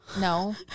No